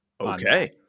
Okay